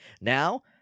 Now